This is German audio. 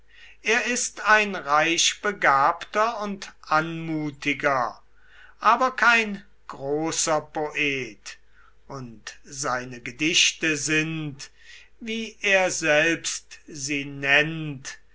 er ist ein reichbegabter und anmutiger aber kein großer poet und seine gedichte sind wie er selbst sie nennt